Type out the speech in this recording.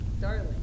darling